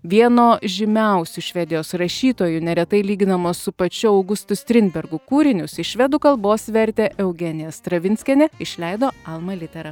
vieno žymiausių švedijos rašytojų neretai lyginamas su pačiu augustu strindbergu kūrinius iš švedų kalbos vertė eugenija stravinskienė išleido alma litera